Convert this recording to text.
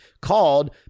called